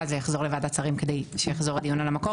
זה יחזור לוועדת שרים כדי שיחזור לדיון על המקור.